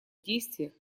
действиях